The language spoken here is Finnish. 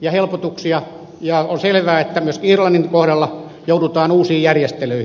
ja helpotuksia ja on selvää että myöskin irlannin kohdalla joudutaan uusiin järjestelyihin